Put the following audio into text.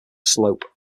slope